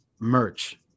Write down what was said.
merch